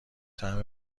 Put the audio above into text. طعم